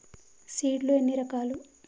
Seed లు ఎన్ని రకాలు?